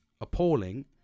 appalling